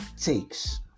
Takes